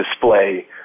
display